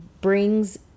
brings